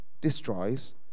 destroys